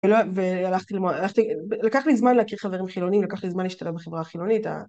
‫ולא, הלכתי, הלכתי, לקח לי זמן להכיר חברים חילונים, ‫לקח לי זמן להשתלב בחברה החילונית.